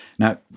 Now